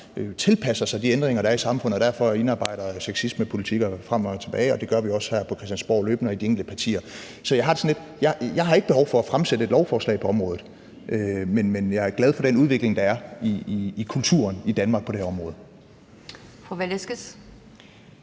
tilpasser sig de ændringer, der er i samfundet, og derfor indarbejder sexismepolitikker frem og tilbage, og det gør vi også løbende her på Christiansborg og i de enkelte partier. Så jeg har det lidt sådan, at jeg ikke har behov for at fremsætte et lovforslag på området, men jeg er glad for den udvikling, der er i kulturen i Danmark på det her område.